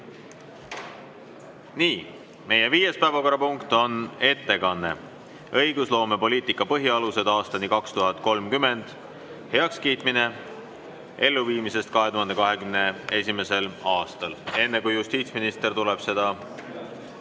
Nii, meie viies päevakorrapunkt on ettekanne ""Õigusloomepoliitika põhialused aastani 2030" heakskiitmine" elluviimise kohta 2021. aastal. Enne kui justiitsminister tuleb seda